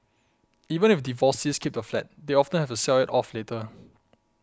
even if divorcees keep the flat they often have to sell it off later